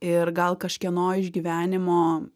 ir gal kažkieno išgyvenimo